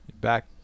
back